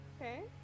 Okay